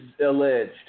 alleged